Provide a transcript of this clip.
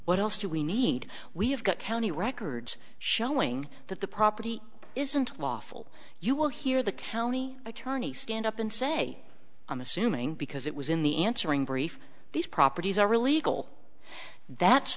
what else do we need we have got county records showing that the property isn't lawful you will hear the county attorney stand up and say i'm assuming because it was in the answering brief these properties are illegal that